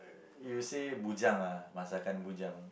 you say bujang masakan bujang